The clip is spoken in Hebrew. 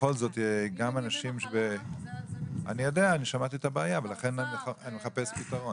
שמעתי את הבעיה אז אני מחפש פתרון.